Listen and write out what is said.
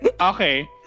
Okay